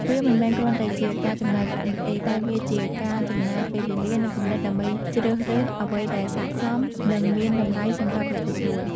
វាមិនមែនគ្រាន់តែជាការចំណាយប្រាក់នោះទេ តែជាការចំណាយពេលវេលា និងគំនិតដើម្បីជ្រើសរើសអ្វីដែលស័ក្តិសម និងមានតម្លៃសម្រាប់អ្នកទទួល។